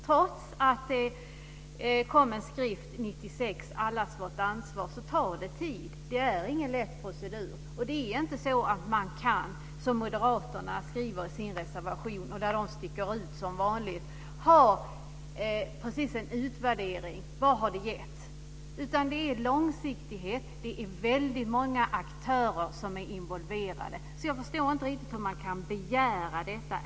Trots att det kom en skrift 1996, Allas vårt ansvar, tar det tid. Det är ingen lätt procedur. Det är inte så, som Moderaterna skriver i sin reservation där de sticker ut som vanligt, att man kan ha en utvärdering av vad det har gett. Det handlar om långsiktighet. Det är väldigt många aktörer som är involverade. Jag förstår inte riktigt hur man kan begära detta.